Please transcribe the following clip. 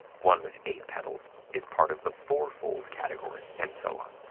one with eight petals is part of the fourfold category, and so on.